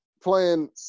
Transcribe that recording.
playing